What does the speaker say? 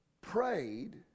prayed